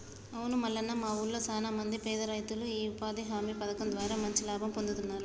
అవును మల్లన్న మా ఊళ్లో సాన మంది పేద రైతులు ఈ ఉపాధి హామీ పథకం ద్వారా మంచి లాభం పొందుతున్నారు